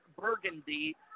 burgundy